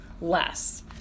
less